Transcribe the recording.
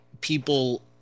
people